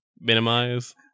minimize